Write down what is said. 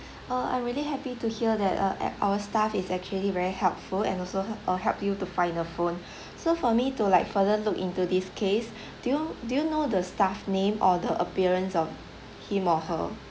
uh I'm really happy to hear that uh at our staff is actually very helpful and also uh help you to find your phone so for me to like further look into this case do you do you know the staff name or the appearance of him or her